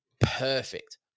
Perfect